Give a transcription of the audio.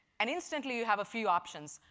and instantly you have a few options.